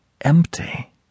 Empty